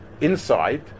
inside